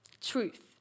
Truth